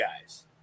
guys